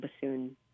bassoon